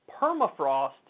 permafrost